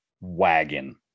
wagon